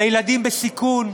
לילדים בסיכון?